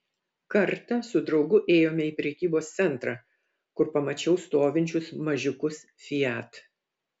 kartą su draugu ėjome į prekybos centrą kur pamačiau stovinčius mažiukus fiat